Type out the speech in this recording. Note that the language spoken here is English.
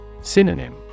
Synonym